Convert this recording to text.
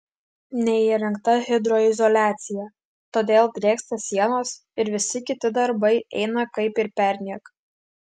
neįrengta hidroizoliacija todėl drėksta sienos ir visi kiti darbai eina kaip ir perniek